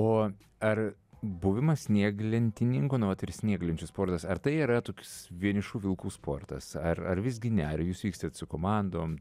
o ar buvimas snieglentininku nu vat ir snieglenčių sportas ar tai yra toks vienišų vilkų sportas ar ar visgi ne ar jūs vykstat su komandom